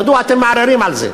מדוע אתם מערערים על זה?